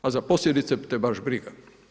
A za posljedice te baš briga.